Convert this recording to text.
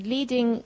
Leading